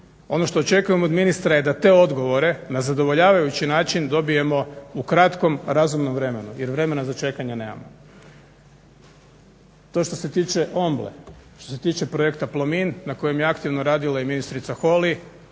Ono što očekujem od ministra da te odgovore na zadovoljavajući način dobijemo u kratkom razumnom vremenu jer vremena za čekanje nemamo. To što se toče Omble. Što se tiče Projekta Plomin, na kojem je aktivno radila i ministrica Holy,